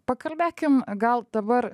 pakalbėkim gal dabar